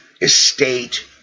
estate